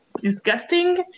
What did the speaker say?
disgusting